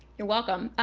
you're welcome.